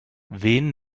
wen